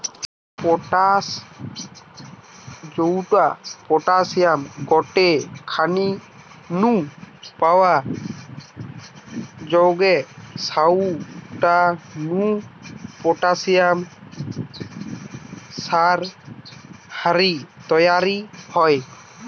potash জউটা পটাশিয়ামের গটে খনি নু পাওয়া জউগ সউটা নু পটাশিয়াম সার হারি তইরি হয়